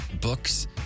books